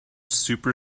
super